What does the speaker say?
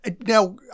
Now